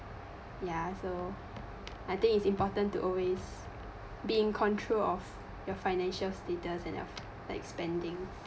ya so I think is important to always be in control of your financial status and your like spending